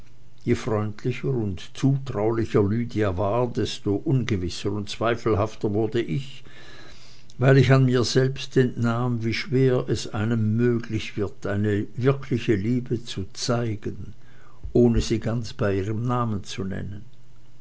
je freundlicher und zutulicher lydia war desto ungewisser und zweifelhafter wurde ich weil ich an mir selbst entnahm wie schwer es einem möglich wird eine wirkliche liebe zu zeigen ohne sie ganz bei ihrem namen zu nennen